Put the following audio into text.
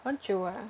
很久 eh